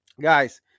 guys